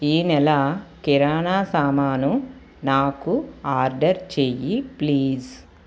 ఈ నెల కిరాణా సామాను నాకు ఆర్డర్ చెయ్యి ప్లీజ్